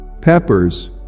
Peppers